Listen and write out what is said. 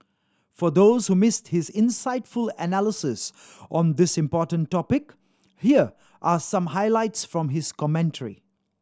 for those who missed his insightful analysis on this important topic here are some highlights from his commentary